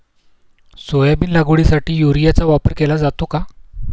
Soybean लागवडीसाठी युरियाचा वापर केला जातो का?